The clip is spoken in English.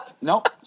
Nope